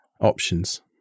options